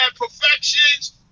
Perfections